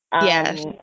Yes